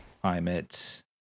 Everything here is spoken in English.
climate